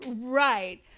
Right